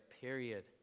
period